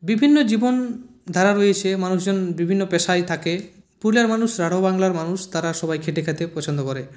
বিভিন্ন জীবনধারা রয়েছে মানুষজন বিভিন্ন পেশায় থাকে পুরুলিয়ার মানুষ রাঢ় বাংলার মানুষ তারা সবাই খেটে খেতে পছন্দ করে